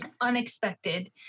unexpected